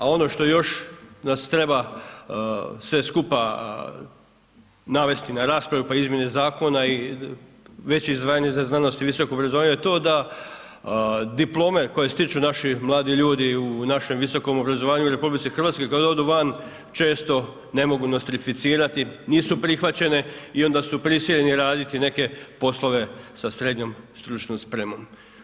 A ono što još nas treba sve skupa navesti na raspravu, pa izmjene zakona i veće izdvajanje za znanost i visoko obrazovanje je to da diplome koje stiču naši mladi ljudi u našem visokom obrazovanju u RH kad odu van često ne mogu nostrificirati, nisu prihvaćene i onda su prisiljeni raditi neke poslove sa srednjom stručnom spremom.